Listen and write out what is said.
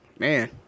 Man